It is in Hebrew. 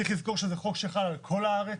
צריך לזכור שזה חוק שחל על כל הארץ.